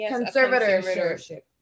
Conservatorship